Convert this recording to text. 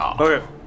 Okay